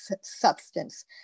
substance